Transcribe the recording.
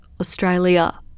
Australia